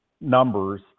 numbers